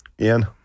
Ian